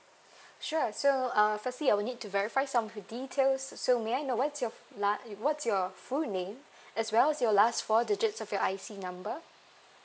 sure so uh firstly I will need to verify some of your details so may I know what's your la~ what's your full name as well as your last four digits of your I_C number